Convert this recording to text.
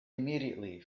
immediately